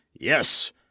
Yes